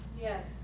yes